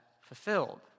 fulfilled